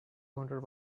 wonder